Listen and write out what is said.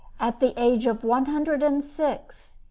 at the age of one hundred and six,